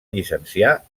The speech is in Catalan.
llicenciar